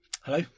Hello